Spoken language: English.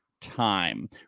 time